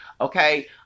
okay